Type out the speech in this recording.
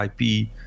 ip